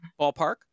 Ballpark